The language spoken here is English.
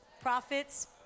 profits